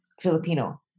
filipino